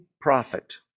prophet